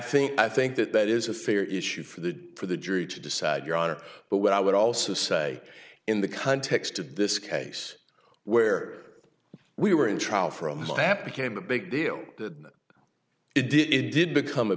think i think that that is a fair issue for the for the jury to decide your honor but what i would also say in the context of this case where we were in trial from that became a big deal that it did it did become a